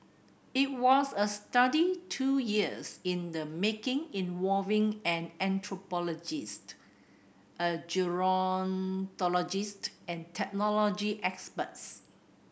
it was a study two years in the making involving an anthropologist a gerontologist and technology experts